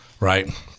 Right